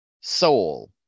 soul